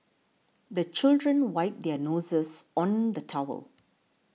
the children wipe their noses on the towel